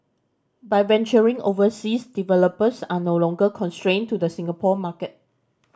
by venturing overseas developers are no longer constrained to the Singapore market